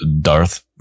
Darth